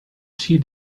see